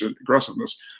aggressiveness